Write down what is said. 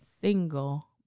single